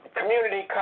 community